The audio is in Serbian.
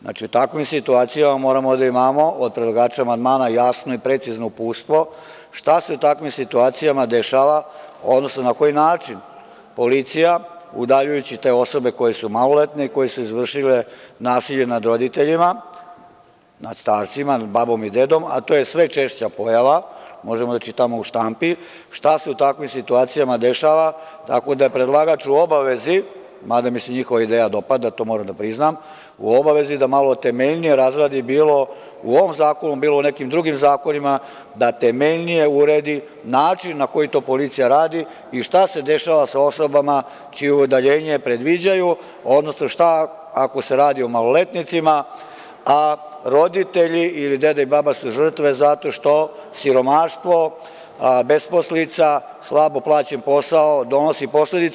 Znači, u takvim situacijama moramo da imamo od predlagača amandmana jasno i precizno uputstvo, šta se u takvim situacijama dešava, odnosno na koji način policija, udaljujući te osobe koje su maloletne, koje su izvršile nasilje nad roditeljima, starcima, babom i dedom, a to je sve češća pojava, možemo da čitamo u štampi, šta se u takvim situacijama dešava, tako da je predlagač u obavezi, mada mi se njihova ideja dopada i to moram da priznam, da malo temeljnije razradi bilo u ovom zakonu, u nekim drugim zakonima, da temeljnije uredi način na koji to policija radi i šta se dešava sa osobama čije udaljenje predviđaju, šta ako se radi o maloletnicima, a roditelji ili deda i baba su žrtve zato što siromaštvo, besposlica, slabo plaćen posao, donosi posledice?